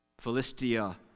Philistia